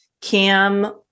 Cam